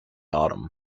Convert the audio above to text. autumn